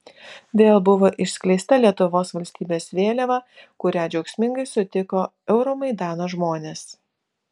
vėl buvo išskleista lietuvos valstybės vėliava kurią džiaugsmingai sutiko euromaidano žmonės